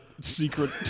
secret